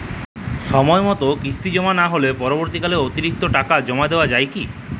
সময় মতো কিস্তি জমা না হলে পরবর্তীকালে অতিরিক্ত টাকা জমা দেওয়া য়ায় কি?